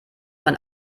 von